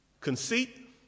conceit